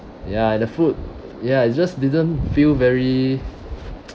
ya and the food ya it's just didn't feel very